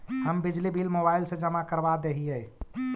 हम बिजली bill mobile से जमा करवा देहियै?